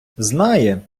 знає